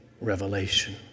revelation